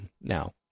now